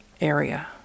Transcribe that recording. area